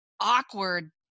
awkward